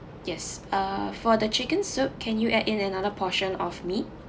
yes uh for the chicken soup can you add in another portion of meat